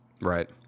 Right